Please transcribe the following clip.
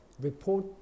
report